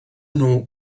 nhw